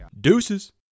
Deuces